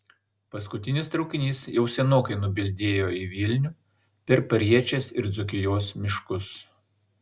paskutinis traukinys jau senokai nubildėjo į vilnių per pariečės ir dzūkijos miškus